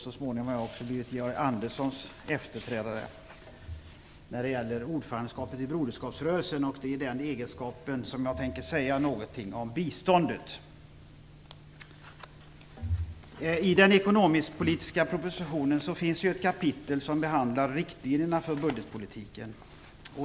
Så småningom blev jag Georg Anderssons efterträdare när det gäller ordförandeskapet i Broderskapsrörelsen. Det är i den egenskapen som jag tänker säga några saker om biståndet. I den ekonomisk-politiska propositionen finns det ett kapitel som behandlar riktlinjerna för budgetpolitiken.